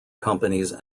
companies